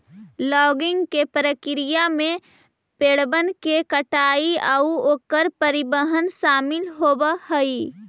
logging के प्रक्रिया में पेड़बन के कटाई आउ ओकर परिवहन शामिल होब हई